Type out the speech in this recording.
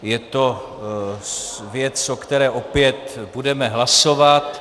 Je to věc, o které opět budeme hlasovat.